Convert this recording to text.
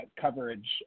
coverage